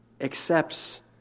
accepts